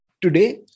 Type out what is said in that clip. Today